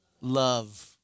love